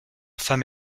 femme